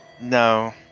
No